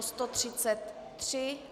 133.